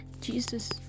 Jesus